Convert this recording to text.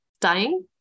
dying